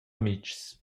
amitgs